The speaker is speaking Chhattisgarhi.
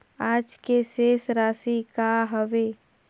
आज के शेष राशि का हवे?